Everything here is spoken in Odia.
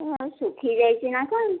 ହଁ ଶୁଖି ଯାଇଛି ନା କ'ଣ